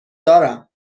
دارم